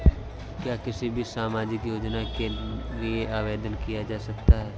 क्या किसी भी सामाजिक योजना के लिए आवेदन किया जा सकता है?